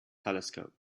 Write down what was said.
telescope